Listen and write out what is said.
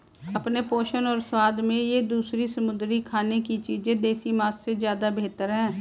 अपने पोषण और स्वाद में ये दूसरी समुद्री खाने की चीजें देसी मांस से ज्यादा बेहतर है